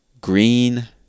green